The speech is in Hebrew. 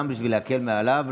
גם בשביל להקל עליו,